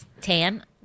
tan